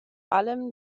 allem